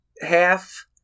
half